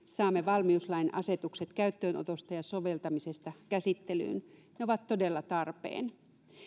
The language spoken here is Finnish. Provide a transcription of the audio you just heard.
saamme valmiuslain asetukset käyttöönotosta ja soveltamisesta käsittelyyn ne ovat todella tarpeen